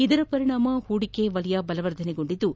ಇದರ ಪರಿಣಾಮ ಹೂಡಿಕೆ ವಲಯ ಬಲವರ್ಧನೆಗೊಂಡಿದ್ದು